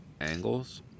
angles